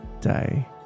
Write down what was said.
day